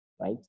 right